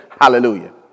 Hallelujah